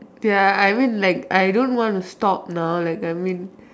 ya I mean like I don't want to stop now like I mean